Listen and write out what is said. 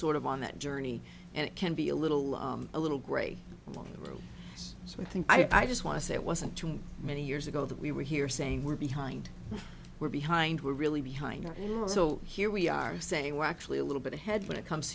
sort of on that journey and it can be a little a little gray along the road so i think i just want to say it wasn't too many years ago that we were here saying we're behind we're behind we're really behind and so here we are saying we're actually a little bit ahead when it comes